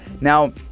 Now